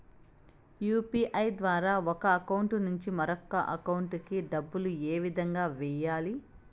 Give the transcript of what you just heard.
UPI ద్వారా ఒక account నుంచి మరొక అకౌంట్ కి డబ్బులు ఏ విధంగా వెయ్యాలి